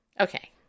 Okay